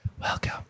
Welcome